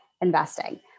investing